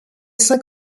saint